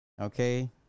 okay